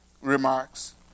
remarks